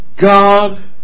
God